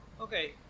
Okay